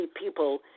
people